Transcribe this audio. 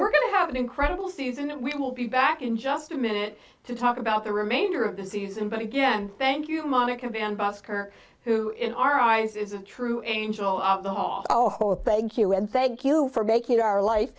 we're going to have an incredible season and we will be back in just a minute to talk about the remainder of the season but again thank you monica van buskirk who in our eyes is a true and angel oh thank you and thank you for making our life